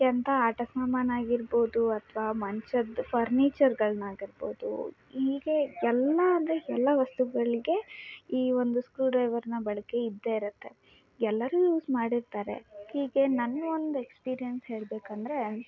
ಎಂಥ ಆಟ ಸಾಮಾನು ಆಗಿರ್ಬೋದು ಅಥವಾ ಮಂಚದ ಫರ್ನೀಚರ್ಗಳನ್ನಾಗಿರ್ಬೋದು ಹೀಗೆ ಎಲ್ಲ ಅಂದರೆ ಎಲ್ಲ ವಸ್ತುಗಳಿಗೆ ಈ ಒಂದು ಸ್ಕ್ರೂಡ್ರೈವರ್ನ ಬಳಕೆ ಇದ್ದೇ ಇರುತ್ತೆ ಎಲ್ಲರೂ ಯೂಸ್ ಮಾಡಿರ್ತಾರೆ ಹೀಗೆ ನನ್ನ ಒಂದು ಎಕ್ಸ್ಪೀರಿಯನ್ಸ್ ಹೇಳಬೇಕಂದ್ರೆ